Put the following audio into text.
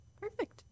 Perfect